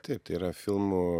taip tai yra filmų